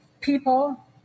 people